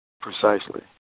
Precisely